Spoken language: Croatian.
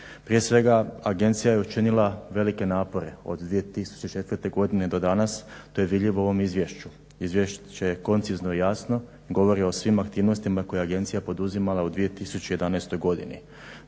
Prije svega agencija je učinila velike napore od 2004. godine do danas. To je vidljivo u ovom izvješću. Izvješće je koncizno i jasno. Govori o svim aktivnostima koje je agencija poduzimala u 2011. godini.